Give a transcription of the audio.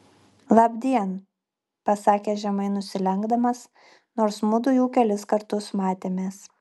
labdien pasakė žemai nusilenkdamas nors mudu jau kelis kartus matėmės